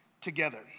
together